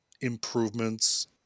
improvements